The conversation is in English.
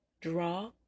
Draw